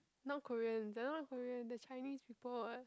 not Koreans they are not Koreans they are Chinese people what